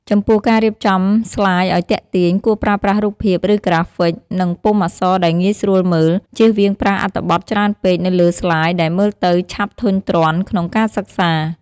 ចំពោះការរៀបចំស្លាយឱ្យទាក់ទាញ គួរប្រើប្រាស់រូបភាព ឫក្រាហ្វិក និងពុម្ពអក្សរដែលងាយស្រួលមើល ជៀសវៀងប្រើអត្ថបទច្រើនពេកនៅលើស្លាយដែលមើលទៅឆាប់ធុញទ្រាន់ក្នុងការសិក្សា។